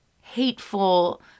hateful